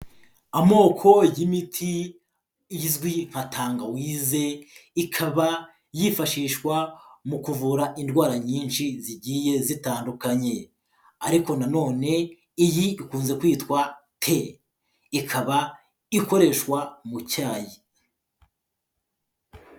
Amoko y'imiti izwi nka tangawize, ikaba yifashishwa mu kuvura indwara nyinshi zigiye zitandukanye ariko nanone iyi ikunze kwitwa te, ikaba ikoreshwa mu cyayi.